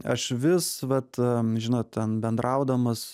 aš vis vat žinot ten bendraudamas